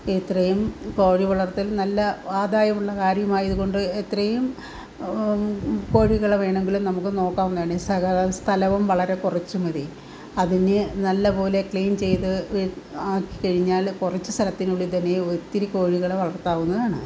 ഇത്രയും കോഴി വളർത്തൽ നല്ല ആദായമുള്ള കാര്യമായതോണ്ട് എത്രയും കോഴികളെ വേണമെങ്കിൽ നമുക്ക് നോക്കാവുന്നതാണ് സഹായം സ്ഥലവും വളരെ കുറച്ച് മതി അതിനെ നല്ല പോലെ ക്ലീൻ ചെയ്ത് വീ കഴിഞ്ഞാൽ കുറച്ച് സ്ഥലത്തിനുള്ളിൽ തന്നെ ഒത്തിരി കോഴികളെ വളർത്താവുന്നതാണ്